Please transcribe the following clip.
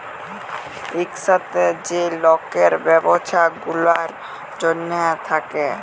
ইকসাথে যে লকের ব্যবছা গুলার জ্যনহে থ্যাকে